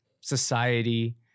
society